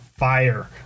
fire